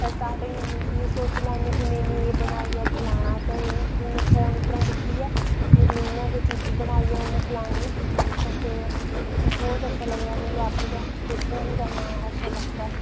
start होई लैनी की सोचनी कि में एह् बनाइयै खिलाना ते प्ही में फोन परा दिक्खियै पूरी उं'आ गै चीज़ बनाइयै उ'नेंगी खलानी ते बहुत अच्छा लगदा मिगी आपूं गै कुकिंग बी करना अच्छा लगदा ऐ